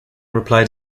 replied